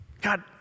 God